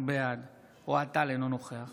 בעד אוהד טל, אינו נוכח